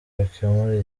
bikemura